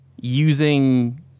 using